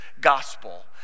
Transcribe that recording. gospel